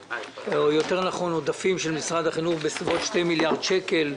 יותר נכון עודפים של משרד החינוך בסביבות שני מיליארד שקל.